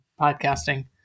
podcasting